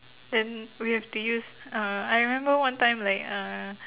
then we have to use uh I remember one time like uh